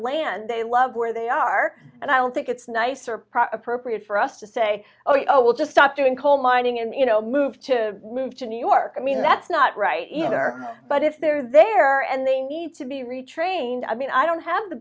land they love where they are and i don't think it's nice surprise appropriate for us to say oh you know we'll just stop doing coal mining and you know move to move to new york i mean that's not right either but if they're there and they need to be retrained i mean i don't have the